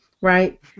right